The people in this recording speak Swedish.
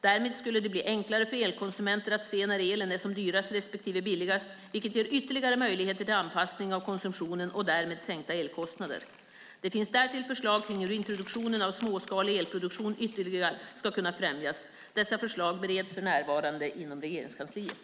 Därmed skulle det bli enklare för elkonsumenter att se när elen är som dyrast respektive billigast, vilket ger ytterligare möjligheter till anpassning av konsumtionen och därmed sänkta elkostnader. Det finns därtill förslag kring hur introduktionen av småskalig elproduktion ytterligare ska kunna främjas. Dessa förslag bereds för närvarande inom Regeringskansliet.